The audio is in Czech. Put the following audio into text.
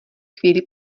chvíli